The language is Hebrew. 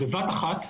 בבת אחת.